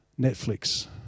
Netflix